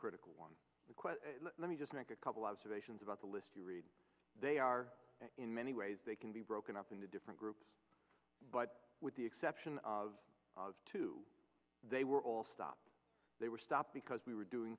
quote let me just make a couple observations about the list you read they are in many ways they can be broken up into different groups but with the exception of two they were all stopped they were stopped because we were doing